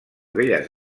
belles